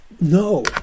no